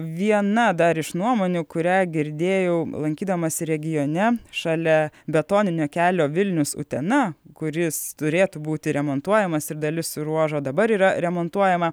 viena dar iš nuomonių kurią girdėjau lankydamasi regione šalia betoninio kelio vilnius utena kuris turėtų būti remontuojamas ir dalis ruožo dabar yra remontuojama